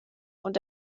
und